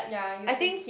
ya you too